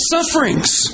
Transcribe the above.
sufferings